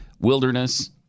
wilderness